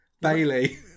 Bailey